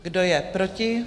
Kdo je proti?